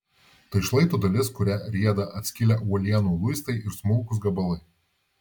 tai šlaito dalis kuria rieda atskilę uolienų luistai ir smulkūs gabalai